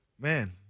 man